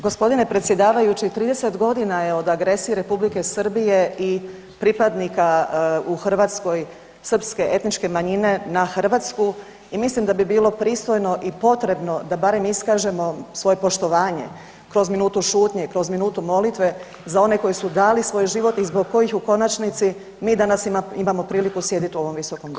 g. Predsjedavajući, 30.g. je od agresije Republike Srbije i pripadnika u Hrvatskoj Srpske etničke manjine na Hrvatsku i mislim da bi bilo pristojno i potrebno da barem iskažemo svoje poštovanje kroz minutu šutnje i kroz minutu molitve za one koji su dali svoj život i zbog kojih u konačnici mi danas imamo priliku sjedit u ovom visokom domu.